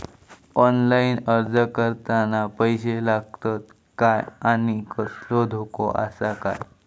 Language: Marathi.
ऑनलाइन अर्ज करताना पैशे लागतत काय आनी कसलो धोको आसा काय?